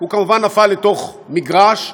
כמובן נפל לתוך מגרש,